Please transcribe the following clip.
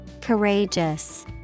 courageous